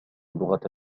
اللغة